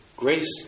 Grace